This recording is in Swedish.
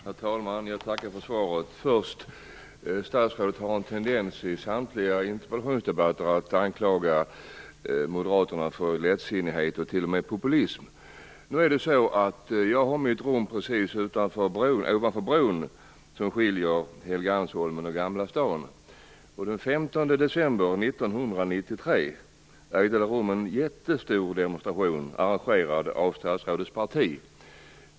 Herr talman! Jag tackar för svaret. Statsrådet har en tendens, i samtliga interpellationsdebatter, att anklaga moderaterna för lättsinnighet och t.o.m. populism. Jag har mitt rum precis ovanför bron som förbinder Helgeandsholmen med Gamla stan. Den 15 december 1993 ägde det rum en jättestor demonstration, arrangerad av statsrådets parti.